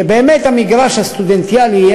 שבאמת המגרש הסטודנטיאלי,